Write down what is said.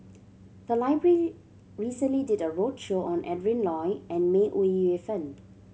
the library recently did a roadshow on Adrin Loi and May Ooi Yu Fen